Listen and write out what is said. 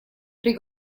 при